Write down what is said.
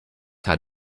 had